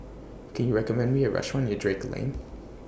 Can YOU recommend Me A Restaurant near Drake Lane